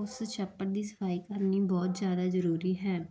ਉਸ ਛੱਪੜ ਦੀ ਸਫਾਈ ਕਰਨੀ ਬਹੁਤ ਜ਼ਿਆਦਾ ਜ਼ਰੂਰੀ ਹੈ